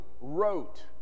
wrote